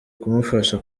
kumufasha